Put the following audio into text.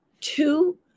two